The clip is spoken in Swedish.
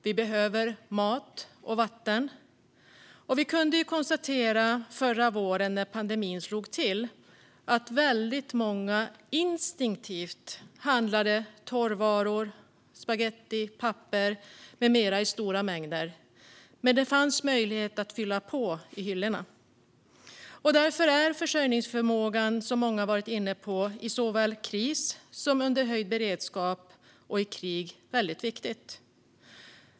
Vi behöver mat och vatten. Vi kunde förra våren när pandemin slog till konstatera att väldigt många instinktivt handlade torrvaror, spagetti, papper med mera i stora mängder. Men det fanns möjlighet att fylla på i hyllorna. Därför är försörjningsförmågan, som många har varit inne på, i såväl kris som under höjd beredskap och krig väldigt viktig.